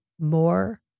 more